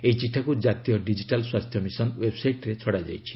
ଏହି ଚିଠାକୁ ଜାତୀୟ ଡିଜିଟାଲ୍ ସ୍ୱାସ୍ଥ୍ୟ ମିଶନ ଓ୍ୱେବ୍ସାଇଟ୍ରେ ଛଡ଼ାଯାଇଛି